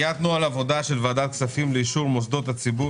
על סדר-היום: קביעת נוהל עבודה של ועדת הכספים לאישור מוסדות ציבור